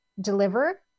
deliver